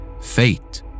fate